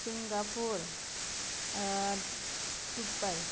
Singapore Dubai